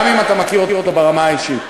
גם אם אתה מכיר אותו ברמה האישית,